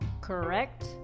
correct